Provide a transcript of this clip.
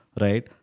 Right